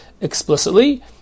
explicitly